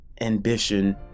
ambition